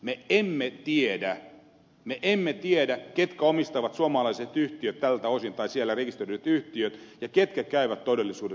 me emme tiedä me emme tiedä ketkä omistavat suomalaiset yhtiöt tältä osin siellä rekisteröidyt yhtiöt ja ketkä käyvät todellisuudessa sitä kauppaa